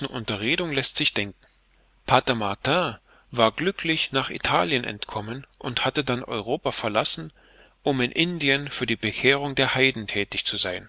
unterredung läßt sich denken pater martin war glücklich nach italien entkommen und hatte dann europa verlassen um in indien für die bekehrung der heiden thätig zu sein